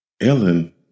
Ellen